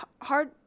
hard